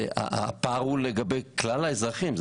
הפער הוא לגבי כלל האזרחים.